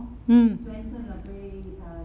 mm